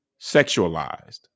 sexualized